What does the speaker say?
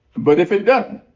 but if it doesn't,